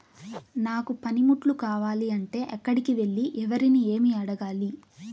నాకు పనిముట్లు కావాలి అంటే ఎక్కడికి వెళ్లి ఎవరిని ఏమి అడగాలి?